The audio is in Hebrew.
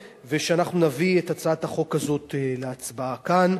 ושאנחנו נביא את הצעת החוק הזאת להצבעה כאן